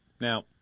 Now